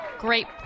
Great